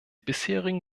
bisherigen